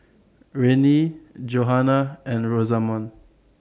Rennie Johannah and Rosamond